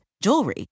Jewelry